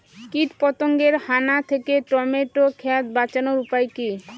কীটপতঙ্গের হানা থেকে টমেটো ক্ষেত বাঁচানোর উপায় কি?